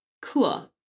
cool